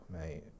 mate